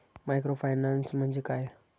Microfinance म्हणजे काय?